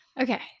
Okay